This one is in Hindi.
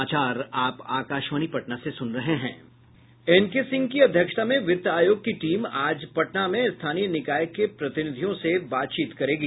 एनके सिंह की अध्यक्षता में वित्त आयोग की टीम आज पटना में स्थानीय निकाय के प्रतिनिधियों से बात करेगी